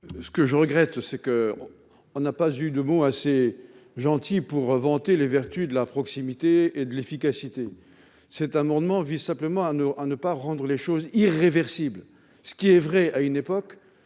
de vote. Je regrette que l'on n'ait pas eu de mots assez gentils pour vanter les vertus de la proximité et de l'efficacité. Cet amendement vise simplement à ne pas imposer une irréversibilité : ce qui est vrai à une époque